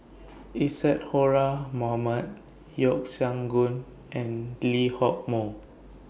Isadhora Mohamed Yeo Siak Goon and Lee Hock Moh